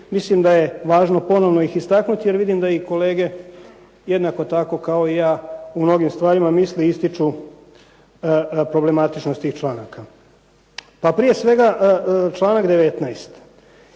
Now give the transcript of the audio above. mislim da je važno ponovno ih istaknuti jer vidim da ih kolege jednako tako kao i ja u mnogim stvarima misle ističu problematičnost tih članaka. Pa prije svega članak 19.,